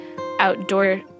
outdoor